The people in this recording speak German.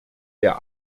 der